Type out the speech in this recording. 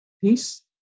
peace